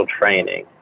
training